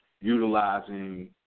utilizing